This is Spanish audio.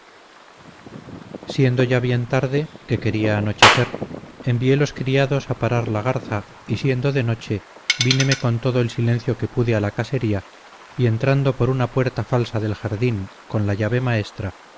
siendo ya bien tarde que quería anochecer envié los criados a parar la garza y siendo de noche víneme con todo el silencio que pude a la casería y entrando por una puerta falsa del jardín con la llave maestra